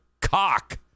cock